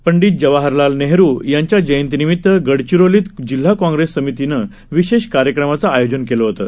पंडित जवाहरलाल नेहरु यांच्या जयंतीनिमीत गडचिरोलीत जिल्हा काँगेस समितीनं विशेष कार्यक्रमाचं आयोजन केलं होतं